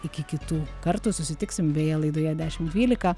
iki kitų kartų susitiksim beje laidoje dešimt dvylika